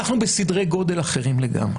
אנחנו בסדרי גודל אחרים לגמרי.